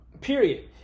period